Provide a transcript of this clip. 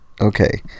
Okay